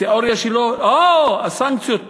התיאוריה שלו היא שהסנקציות פעלו,